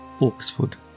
Oxford